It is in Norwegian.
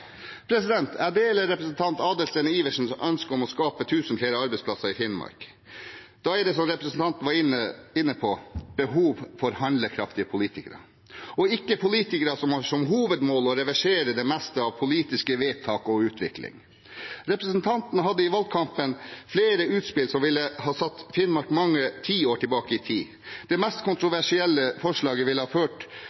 Jeg deler representanten Adelsten Iversens ønske om å skape 1 000 flere arbeidsplasser i Finnmark. Da er det som representanten var inne på, behov for handlekraftige politikere, ikke politikere som har som hovedmål å reversere det meste av politiske vedtak og utvikling. Representanten hadde i valgkampen flere utspill som ville ha satt Finnmark mange tiår tilbake i tid. Det mest